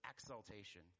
exaltation